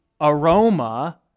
aroma